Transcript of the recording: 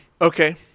okay